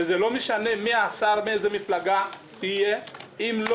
ולא משנה מי השר ומאיזו מפלגה אם לא